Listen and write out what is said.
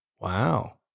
Wow